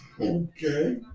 Okay